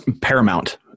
paramount